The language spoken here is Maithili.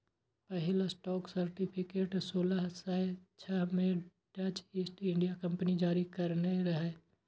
पहिल स्टॉक सर्टिफिकेट सोलह सय छह मे डच ईस्ट इंडिया कंपनी जारी करने रहै